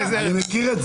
אני מכיר את זה.